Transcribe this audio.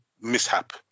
mishap